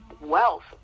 wealth